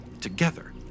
together